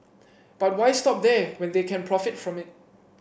but why stop there when they can profit from it